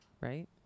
right